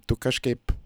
tu kažkaip